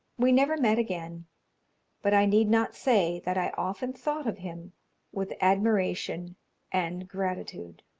we never met again but i need not say that i often thought of him with admiration and gratitude.